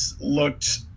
looked